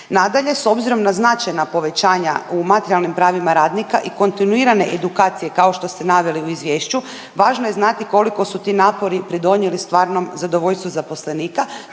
Nadalje, s obzirom na značajna povećanja u materijalnim pravima radnika i kontinuirane edukacije kao što ste naveli u izvješću važno je znati koliko su ti napori pridonijeli stvarnom zadovoljstvu zaposlenika.